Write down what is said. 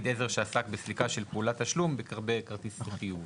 עזר שעסק בסליקה של פעולת תשלום" בכרטיס החיוב.